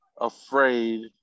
afraid